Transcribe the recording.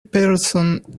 person